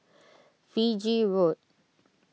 Fiji Road